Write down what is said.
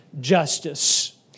justice